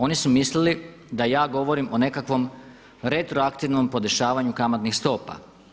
Oni su mislili da ja govorim o nekakvom retroaktivnom podešavanju kamatnih stopa.